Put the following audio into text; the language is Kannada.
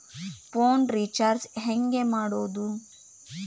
ಫೋನ್ ರಿಚಾರ್ಜ್ ಹೆಂಗೆ ಮಾಡೋದು?